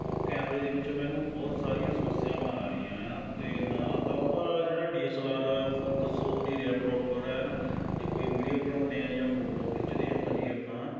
ਉਹ ਕੈਮਰੇ ਦੇ ਵਿੱਚ ਮੈਨੂੰ ਬਹੁਤ ਸਾਰੀਆਂ ਸਮੱਸਿਆਵਾਂ ਆ ਰਹੀਆਂ ਏ ਆ ਅਤੇ ਨਾ ਤਾਂ ਉਹਦਾ ਜਿਹੜਾ D S L R focus ਹੋ ਨਹੀਂ ਰਿਹਾ ਪਰੋਪਰ ਐਨ ਜੇ ਕੋਈ ਵੀਡਿਓ ਬਣਾਉਂਦੇ ਹਾਂ ਜਾਂ ਫੋਟੋ ਖਿੱਚਦੇ ਹਾਂ ਭਾਜੀ ਆਪਾਂ